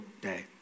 day